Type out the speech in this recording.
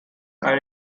are